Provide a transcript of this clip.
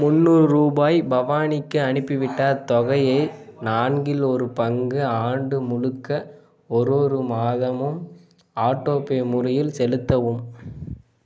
முந்நூறு ருபாய் பவானிக்கு அனுப்பிவிட்டு அத்தொகையை நான்கில் ஒரு பங்கு ஆண்டு முழுக்க ஒரு ஒரு மாதமும் ஆட்டோபே முறையில் செலுத்தவும்